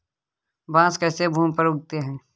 बांस कैसे भूमि पर उगते हैं?